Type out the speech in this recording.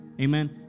Amen